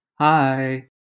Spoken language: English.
Hi